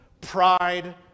Pride